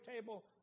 table